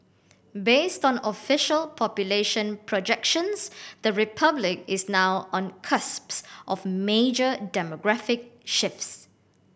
based on official population projections the Republic is now on cusp of major demographic shifts